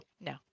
No